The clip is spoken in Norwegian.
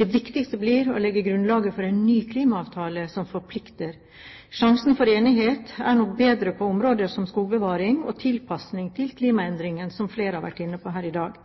Det viktigste blir å legge grunnlaget for en ny klimaavtale som forplikter. Sjansen for enighet er nok bedre på områder som skogbevaring og tilpasning til klimaendringen, som flere har vært inne på her i dag.